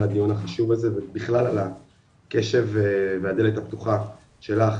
הדיון החשוב הזה ובכלל על הקשב והדלת הפתוחה שלך,